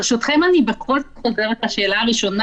ברשותכם אני בכל זאת רוצה להתייחס לשאלה הראשונה.